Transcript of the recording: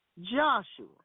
Joshua